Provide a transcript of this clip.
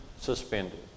suspended